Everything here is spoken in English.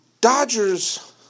Dodgers